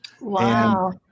Wow